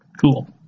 cool